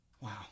Wow